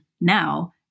now